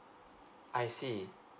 I see